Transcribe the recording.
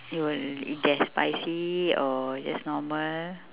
you will if there's spicy or just normal